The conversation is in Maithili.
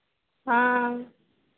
हँ